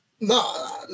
No